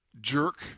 jerk